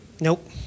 Nope